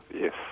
Yes